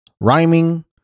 rhyming